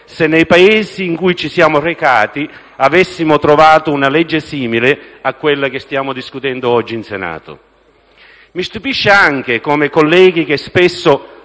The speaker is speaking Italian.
se, nei Paesi in cui ci siamo recati, avessimo trovato una legge simile a quella che stiamo discutendo oggi in Senato. Mi stupisce anche come colleghi che spesso,